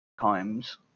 times